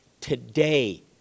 Today